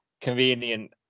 convenient